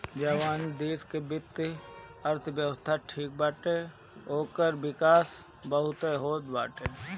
जवनी देस के वित्तीय अर्थव्यवस्था ठीक बाटे ओकर विकास बहुते होत बाटे